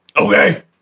Okay